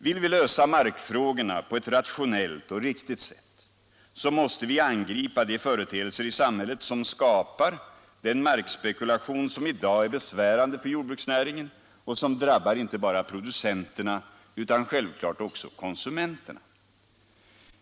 Vill vi lösa markfrågorna på ett rationellt och riktigt sätt, så måste vi angripa de företeelser i samhället som skapar den markspekulation som i dag är besvärande för jordbruksnäringen och som drabbar inte bara producenterna utan självklart också konsumenterna.